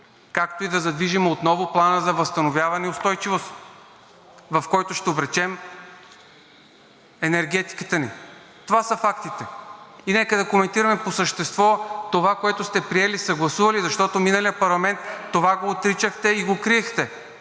както и да задвижим отново Плана за възстановяване и устойчивост, в който ще обречем енергетиката ни. Това са фактите! И нека да коментираме по същество това, което сте приели и съгласували, защото в миналия парламент това го отричахте и го криехте.